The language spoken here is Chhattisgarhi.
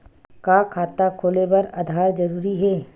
का खाता खोले बर आधार जरूरी हे?